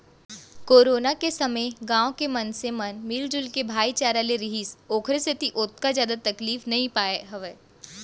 corona के समे गाँव के मनसे मन मिलजुल के भाईचारा ले रिहिस ओखरे सेती ओतका जादा तकलीफ नइ पाय हावय